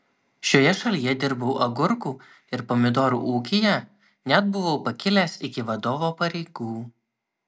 šioje šalyje dirbau agurkų ir pomidorų ūkyje net buvau pakilęs iki vadovo pareigų